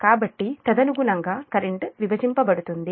కాబట్టి తదనుగుణంగా కరెంట్ విభజించబడుతుంది